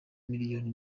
miliyoni